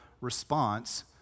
response